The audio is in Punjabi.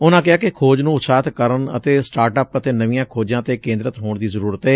ਉਨਾਂ ਕਿਹਾ ਕਿ ਖੋਜ ਨੂੰ ਉਤਸ਼ਾਹਿਤ ਕਰਨ ਅਤੇ ਸਟਾਰਟ ਅੱਪ ਅਤੇ ਨਵੀਆਂ ਖੋਜਾਂ ਤੇ ਕੇਂਦਰਤ ਹੋਣ ਦੀ ਜ਼ਰੁਰਤ ਏ